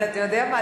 אבל אתה יודע מה,